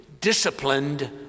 disciplined